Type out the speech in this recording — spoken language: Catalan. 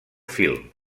film